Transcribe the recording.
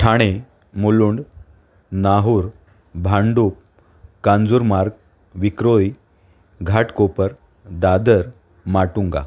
Thane Mulund Nahur Bhandup Kanjurmarg Vikhroli Ghatkopar Dadar Matunga